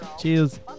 Cheers